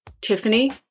Tiffany